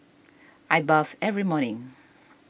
I bathe every morning